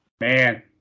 man